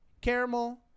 caramel